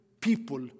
people